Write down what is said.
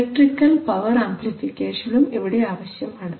electrical power ആമ്പ്ലിഫിക്കേഷനും ഇവിടെ ആവശ്യമാണ്